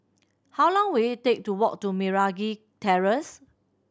how long will it take to walk to Meragi Terrace